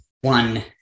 one